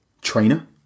trainer